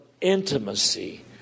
intimacy